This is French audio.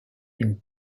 une